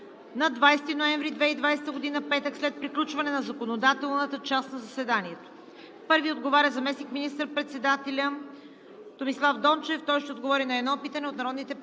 на 20 ноември 2020 г., петък, след приключване на законодателната част на заседанието: 1. Заместник министър-председателят Томислав Дончев ще отговори на едно питане от